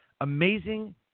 amazing